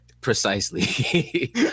precisely